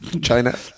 China